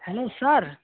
hello sir